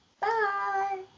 Bye